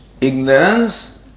Ignorance